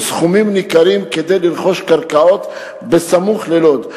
סכומים ניכרים כדי לרכוש קרקעות בסמוך ללוד,